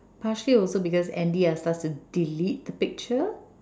partially also because Andy asked us to delete the picture